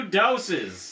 doses